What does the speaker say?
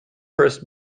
first